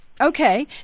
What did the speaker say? Okay